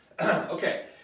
Okay